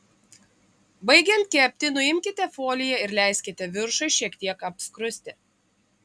baigiant kepti nuimkite foliją ir leiskite viršui šiek tiek apskrusti